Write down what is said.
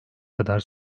kadar